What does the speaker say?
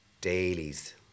Dailies